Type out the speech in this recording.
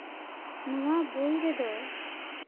ᱱᱚᱣᱟ ᱵᱳᱭ ᱨᱮᱫᱚ